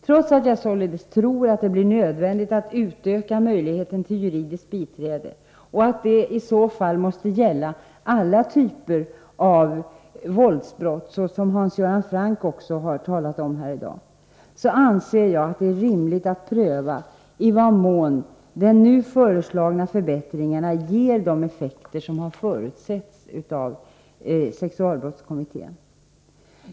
Trots att jag således tror att det blir nödvändigt att utöka möjligheten till juridiskt biträde och att det i så fall måste gälla alla typer av våldsbrott — som Hans Göran Franck talat om här — anser jag att det är rimligt att pröva i vad mån de nu föreslagna förbättringarna ger den effekt som förutsetts av sexualbrottskommittén.